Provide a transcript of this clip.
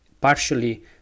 partially